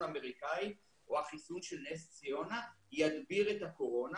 האמריקני או החיסון של נס ציונה ידביר את הקורונה.